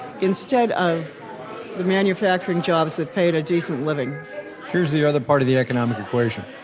instead of the manufacturing jobs that paid a decent living here's the other part of the economic equation.